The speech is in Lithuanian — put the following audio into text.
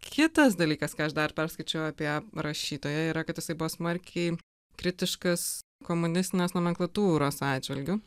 kitas dalykas ką aš dar perskaičiau apie rašytoją yra kad jisai buvo smarkiai kritiškas komunistinės nomenklatūros atžvilgiu